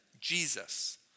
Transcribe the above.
Jesus